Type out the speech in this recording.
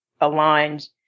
aligned